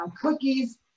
cookies